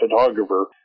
photographer